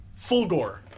Fulgore